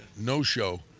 no-show